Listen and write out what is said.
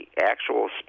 actual